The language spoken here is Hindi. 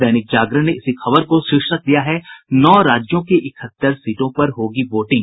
दैनिक जागरण ने इसी खबर को शीर्षक दिया है नौ राज्यों की इकहत्तर सीटों पर होगी वोटिंग